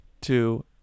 two